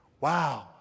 wow